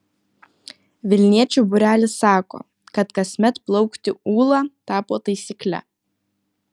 vilniečių būrelis sako kad kasmet plaukti ūla tapo taisykle